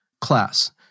class